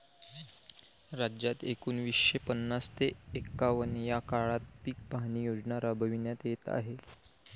राज्यात एकोणीसशे पन्नास ते एकवन्न या काळात पीक पाहणी योजना राबविण्यात येत आहे